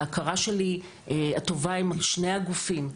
ההכרה שלי הטובה עם שני הגופים,